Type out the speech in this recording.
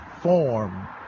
Form